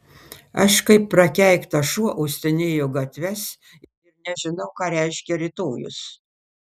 aš kaip prakeiktas šuo uostinėju gatves ir nežinau ką reiškia rytojus